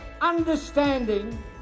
understanding